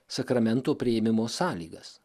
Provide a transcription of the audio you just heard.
sakramento priėmimo sąlygas